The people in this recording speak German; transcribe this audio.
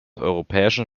europäischen